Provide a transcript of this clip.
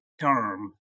term